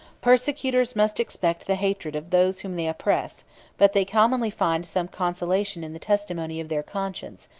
persecutors must expect the hatred of those whom they oppress but they commonly find some consolation in the testimony of their conscience,